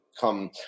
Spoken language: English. come